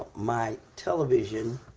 my television